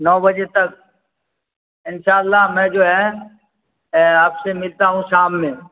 نو بجے تک ان شاء اللہ میں جو ہے آپ سے ملتا ہوں شام میں